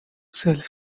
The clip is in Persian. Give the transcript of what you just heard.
سلف